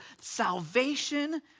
salvation